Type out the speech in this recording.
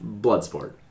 Bloodsport